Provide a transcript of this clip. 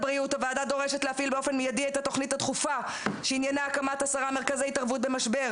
להביא את התוכנית הדחופה שעניינה הקמת עשרה מרכזי התערבות במשבר,